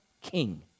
king